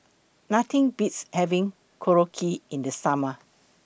Nothing Beats having Korokke in The Summer